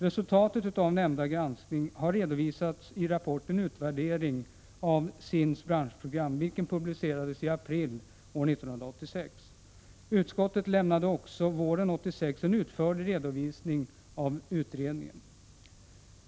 Resultatet av nämndens granskning har redovisats i rapporten Utvärdering av SIND:s branschprogram, vilken publicerades i april 1986. Utskottet lämnade också våren 1986 en utförlig redovisning av utredningen.